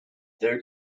there